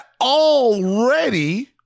already